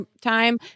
time